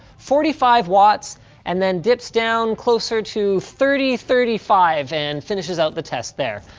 forty five watts and then dips down closer to thirty, thirty five and finishes out the test there.